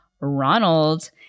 Ronald